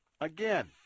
Again